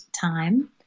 time